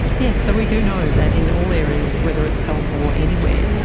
yes, so we do know that in all areas, whether it's health or anywhere,